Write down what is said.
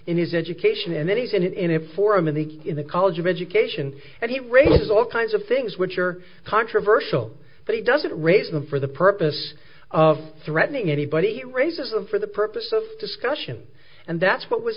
in his education and then he said in a forum in the in the college of education that he raises all kinds of things which are controversial but he doesn't raise them for the purpose of threatening anybody racism for the purpose of discussion and that's what was